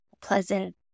pleasant